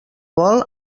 vol